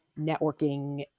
networking